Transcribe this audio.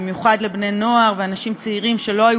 במיוחד לבני-נוער ולאנשים צעירים שלא היו